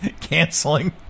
canceling